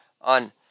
on